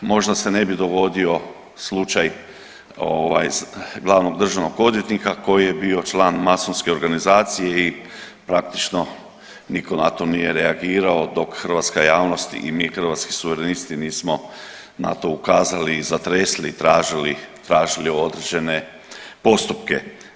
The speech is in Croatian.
Možda se ne bi dogodio slučaj ovaj glavnog državnog odvjetnika koji je bio član masonske organizacije i praktično niko na to nije reagirao dok hrvatska javnost i mi Hrvatski suverenisti nismo na to ukazali i zatresli i tražili određene postupke.